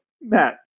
Matt